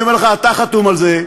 אני אומר לך: אתה חתום על זה,